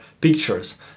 pictures